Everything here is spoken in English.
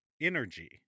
Energy